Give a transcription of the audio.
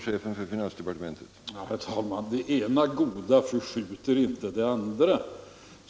Herr talman! Det ena goda förskjuter inte det andra.